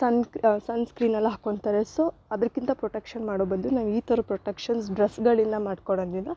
ಸನ್ sunscreen ಎಲ್ಲ ಹಾಕೊತಾರೆ so ಅದಕಿಂತ ಪ್ರೊಟೆಕ್ಷನ್ ಮಾಡೋ ಬದಲು ನಾವು ಈ ಥರ ಪ್ರೊಟೆಕ್ಷನ್ಸ್ ಡ್ರೆಸ್ಗಳಿಂದ ಮಾಡ್ಕೊಳ್ಳೋದ್ರಿಂದ